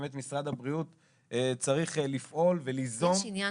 משרד הבריאות צריך לפעול וליזום יש עניין